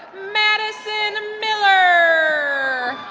madison miller.